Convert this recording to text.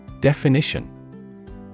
Definition